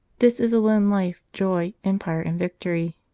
this is alone life, joy, empire, and victory.